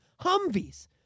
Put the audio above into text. Humvees